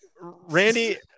Randy